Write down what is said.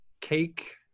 cake